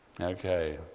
Okay